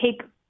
take